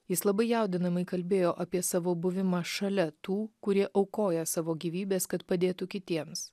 jis labai jaudinamai kalbėjo apie savo buvimą šalia tų kurie aukoja savo gyvybes kad padėtų kitiems